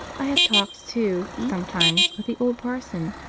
i have talks too, sometimes, with the old parson,